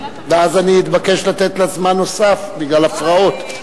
ואז אני אתבקש לתת לה זמן נוסף בגלל הפרעות.